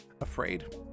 afraid